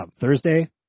Thursday